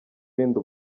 urinda